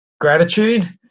gratitude